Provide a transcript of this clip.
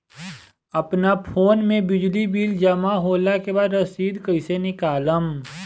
अपना फोन मे बिजली बिल जमा होला के बाद रसीद कैसे निकालम?